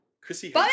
Chrissy